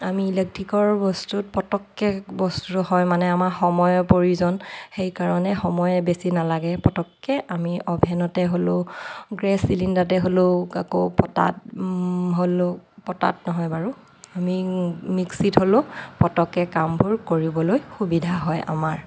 আমি ইলেক্ট্ৰিকৰ বস্তুত পটককে বস্তু হয় মানে আমাৰ সময়ৰ প্ৰয়োজন সেইকাৰণে সময়ে বেছি নালাগে পটককে আমি অ'ভেনতে হ'লেও গেছ চিলিণ্ডাৰতে হ'লেও আকৌ পটাত হ'লেও পটাত নহয় বাৰু মিক্সিত হ'লেও পটককে কামবোৰ কৰিবলৈ সুবিধা হয় আমাৰ